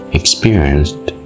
experienced